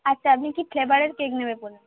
আচ্ছা আপনি কি ফ্লেবারের কেক নেবে বলুন